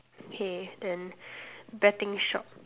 K then betting shop